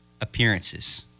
appearances